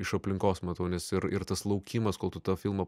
iš aplinkos matau nes ir ir tas laukimas kol tu tą filmą